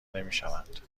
نمیشوند